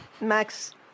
Max